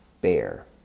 bear